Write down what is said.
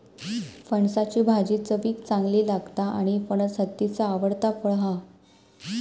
फणसाची भाजी चवीक चांगली लागता आणि फणस हत्तीचा आवडता फळ हा